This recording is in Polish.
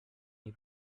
nie